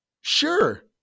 sure